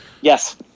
yes